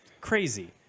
Crazy